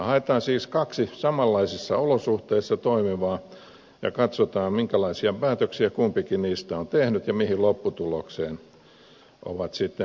haetaan siis kaksi samanlaisissa olosuhteissa toimivaa ja katsotaan minkälaisia päätöksiä kumpikin niistä on tehnyt ja mihin lopputulokseen ovat sitten päätyneet